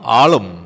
alam